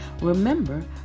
Remember